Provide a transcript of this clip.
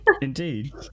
indeed